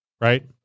right